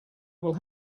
will